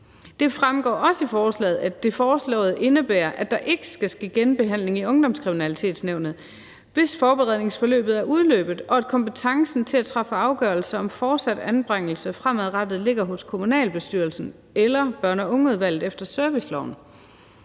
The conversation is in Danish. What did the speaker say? Det fremgår også i forslaget, at det foreslåede indebærer, at der ikke skal ske genbehandling i Ungdomskriminalitetsnævnet, hvis forberedelsesforløbet er udløbet og kompetencen til at træffe afgørelse om fortsat anbringelse fremadrettet ligger hos kommunalbestyrelsen eller børn og unge-udvalget efter serviceloven.